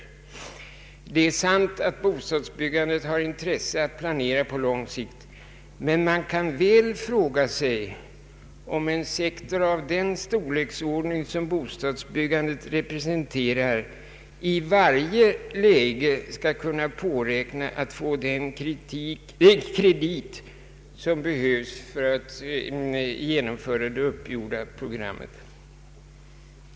Det är sant att det för bostadsbyggandet är av intresse att planera på lång sikt. Men man kan väl fråga sig om en sektor av den storlek, som bostadsbyggandet representerar, i varje läge skall kunna påräkna den kredit som behövs för att genomföra de uppgjorda programmen.